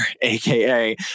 AKA